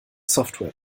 software